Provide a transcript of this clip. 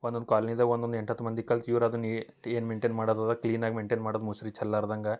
ಒಂದೊಂದು ಕಾಲೋನಿದಾಗ ಒಂದೊಂದು ಎಂಟತ್ತು ಮಂದಿ ಕಲ್ತು ಇವ್ರ ಅದನ್ನ ಏನು ಮೇಯ್ನ್ಟೇನ್ ಮಾಡೋದದ ಕ್ಲೀನಾಗಿ ಮೇಯ್ನ್ಟೇನ್ ಮಾಡದು ಮುಸ್ರಿ ಚಲ್ಲಾರ್ದಂಗ